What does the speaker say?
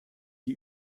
die